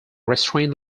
restrained